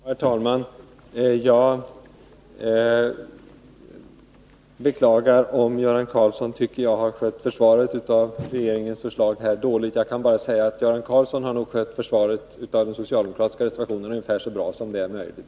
Herr talman! Jag beklagar om Göran Karlsson tycker att jag har skött försvaret av regeringens förslag dåligt. Jag kan bara svara att han har skött försvaret av den socialdemokratiska reservationen ungefär så bra som det är möjligt.